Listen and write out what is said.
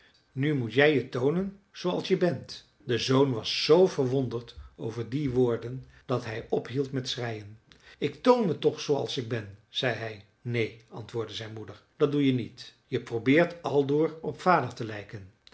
nu moet jij je toonen zooals je bent de zoon was z verwonderd over die woorden dat hij ophield met schreien ik toon me toch zooals ik ben zei hij neen antwoordde zijn moeder dat doe je niet je probeert aldoor op vader te lijken